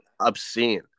obscene